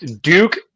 Duke